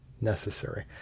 necessary